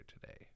today